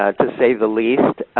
ah to say the least.